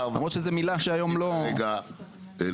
למרות שזו מילה שהיום לא --- מאחר שזו